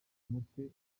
mutwe